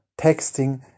texting